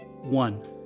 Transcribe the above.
One